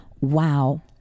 wow